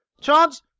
Chance